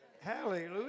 Hallelujah